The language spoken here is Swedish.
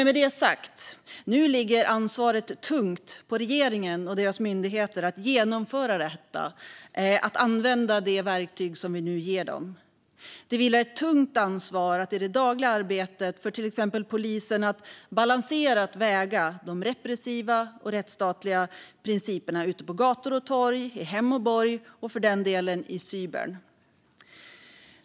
Med det sagt ligger ansvaret nu tungt på regeringen och dess myndigheter att genomföra detta och att använda de verktyg som vi ger dem. Det vilar ett tungt ansvar på regeringen att se till att till exempel polisen i det dagliga arbetet balanserat väger de repressiva och rättsstatliga principerna ute på gator och torg, i hem och borg och för den delen i cyberrymden.